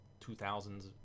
2000s